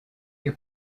your